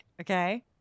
Okay